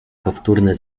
powtórne